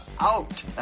Out